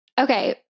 Okay